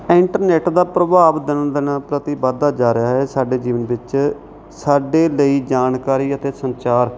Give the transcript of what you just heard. internet ਦਾ ਪ੍ਰਭਾਵ ਦਿਨੋਂ ਦਿਨ ਪ੍ਰਤੀ ਵਧਦਾ ਜਾ ਰਿਹਾ ਹੈ ਸਾਡੇ ਜੀਵਨ ਵਿੱਚ ਸਾਡੇ ਲਈ ਜਾਣਕਾਰੀ ਅਤੇ ਸੰਚਾਰ